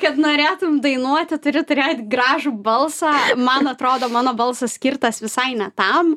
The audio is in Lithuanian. kad norėtum dainuoti turi turėt gražų balsą man atrodo mano balsas skirtas visai ne tam